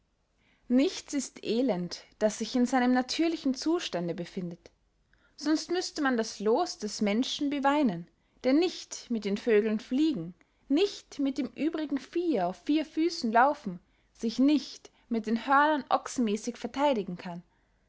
nichts ist elend das sich in seinem natürlichen zustande befindet sonst müßte man das loos des menschen beweinen der nicht mit den vögeln fliegen nicht mit dem übrigen viehe auf vier füssen laufen sich nicht mit den hörnern ochsenmäßig vertheidigen kann